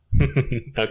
okay